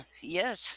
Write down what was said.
yes